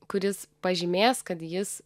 kuris pažymės kad jis